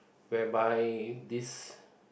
whereby this